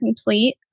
complete